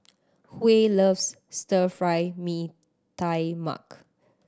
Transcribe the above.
Huey loves Stir Fry Mee Tai Mak